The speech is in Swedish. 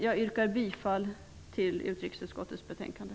Jag yrkar bifall till hemställan i utrikesutskottets betänkande.